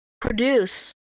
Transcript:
produce